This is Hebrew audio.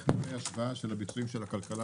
תיכף נראה השוואה של הביצועים של הכלכלה